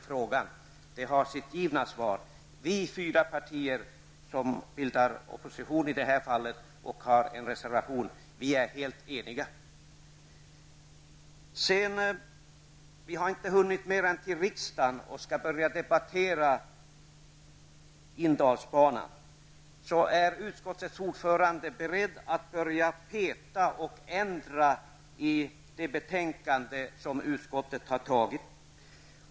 Frågan har sitt givna svar. Vi fyra partier, som bildar opposition i detta fall och har avgett en reservation är helt eniga. Vi har inte hunnit mer än till riksdagen och skall börja debattera inlandsbanans framtid förrän utskottets ordförande är beredd att peta och ändra i det föreliggande betänkandet.